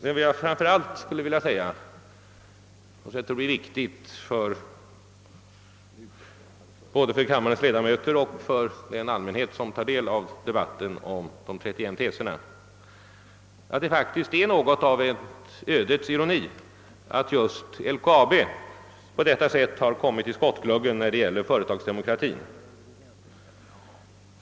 Men vad jag framför allt skulle vilja säga, för att bilden skall bli riktig både för kammarens ledamöter och för den allmänhet som tar del av debatten om de 31 teserna, är att det faktiskt är något av ödets ironi att just LKAB på detta sätt kommit i skottgluggen när det gäller företagsdemokratin.